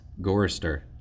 Gorister